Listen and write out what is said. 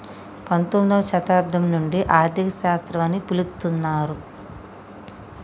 పంతొమ్మిదవ శతాబ్దం నుండి ఆర్థిక శాస్త్రం అని పిలుత్తున్నరు